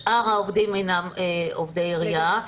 שאר העובדים אינם עובדי עירייה.